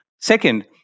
Second